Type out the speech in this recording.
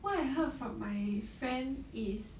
what I heard from my friend is